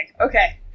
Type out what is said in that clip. Okay